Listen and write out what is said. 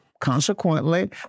Consequently